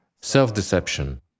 Self-deception